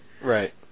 Right